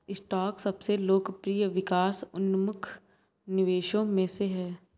stock सबसे लोकप्रिय विकास उन्मुख निवेशों में से है